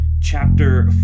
chapter